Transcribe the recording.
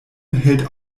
hält